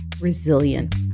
resilient